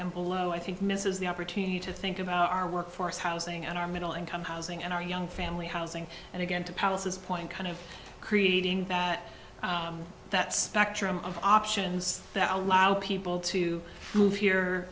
and below i think misses the opportunity to think about our workforce housing our middle income housing and our young family housing and again to palace's point kind of creating that that spectrum of options that allow people to move here